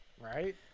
right